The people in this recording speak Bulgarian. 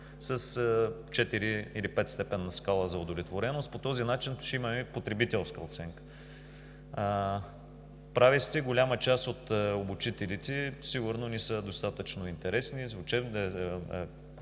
или петстепенна скала за удовлетвореност. По този начин ще имаме потребителска оценка. Прави сте – голяма част от обучителите сигурно не са достатъчно интересни,